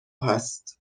هست